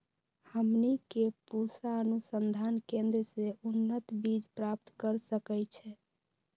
हमनी के पूसा अनुसंधान केंद्र से उन्नत बीज प्राप्त कर सकैछे?